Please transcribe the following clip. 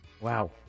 Wow